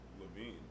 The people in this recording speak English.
Levine